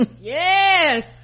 Yes